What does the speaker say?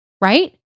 Right